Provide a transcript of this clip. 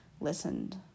listened